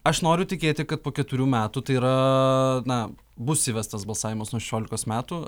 aš noriu tikėti kad po keturių metų tai yra na bus įvestas balsavimas nuo šešiolikos metų